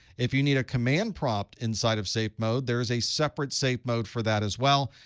if you need a command prompt inside of safe mode, there is a separate safe mode for that as well.